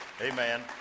Amen